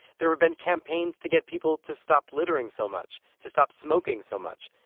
there have been campaigns to get people to stop littering so much, to stop smoking so much.